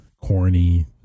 corny